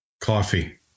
Coffee